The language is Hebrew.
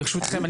ברשותכם,